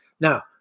Now